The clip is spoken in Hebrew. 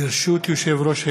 ברשות יושב-ראש הישיבה,